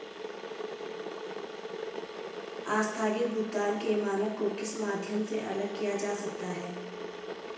आस्थगित भुगतान के मानक को किस माध्यम से अलग किया जा सकता है?